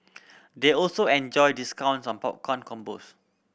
they also enjoy discounts on popcorn combos